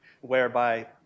whereby